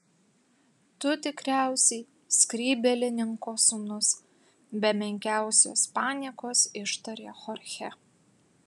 tu tikriausiai skrybėlininko sūnus be menkiausios paniekos ištarė chorchė